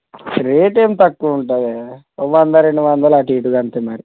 rate ఏం తక్కువుంటుంది ఓ వంద రెండు వందల అటు ఇటుగా అంతే మరి